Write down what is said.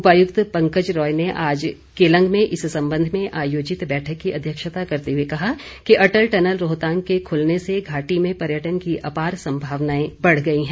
उपायुक्त पंकज राय ने आज केलंग में इस संबंध में आयोजित बैठक की अध्यक्षता करते हुए कहा कि अटल टनल रोहतांग के खुलने से घाटी में पर्यटन की अपार संभावनाएं बढ़ गई हैं